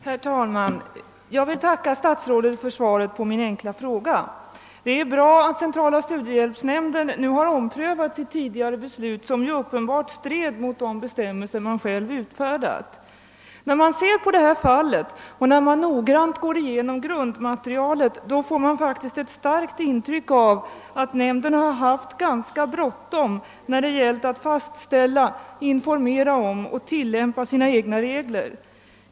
Herr talman! Jag vill tacka statsrådet för svaret på min enkla fråga. Det är bra att centrala studiehjälpsnämnden nu har omprövat sitt tidigare beslut, som uppenbart stred mot de bestämmelser den själv utfärdat. När man ser på detta fall och noggrant går igenom grundmaterialet får man ett starkt intryck av att nämnden haft ganska bråttom när det gällt att fastställa, informera om och tillämpa sina egna regler.